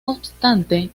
obstante